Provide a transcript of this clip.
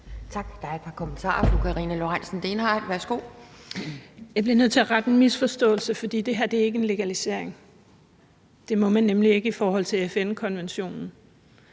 Jeg bliver nødt til at rette en misforståelse, for det her er ikke en legalisering. Det må man nemlig ikke indføre i forhold til FN-konventionen.